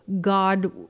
God